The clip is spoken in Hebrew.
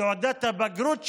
תעודת הבגרות שלו,